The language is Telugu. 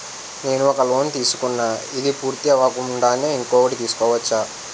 నేను ఒక లోన్ తీసుకున్న, ఇది పూర్తి అవ్వకుండానే ఇంకోటి తీసుకోవచ్చా?